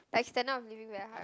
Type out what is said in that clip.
like standard of living very high